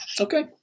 Okay